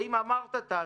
ואם אמרת, תעשה.